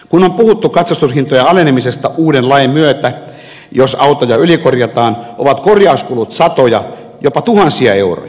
kun on puhuttu katsastushintojen alenemisesta uuden lain myötä niin jos autoja ylikorjataan ovat korjauskulut satoja jopa tuhansia euroja